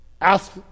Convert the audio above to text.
Ask